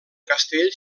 castell